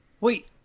Wait